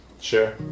Sure